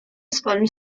sponge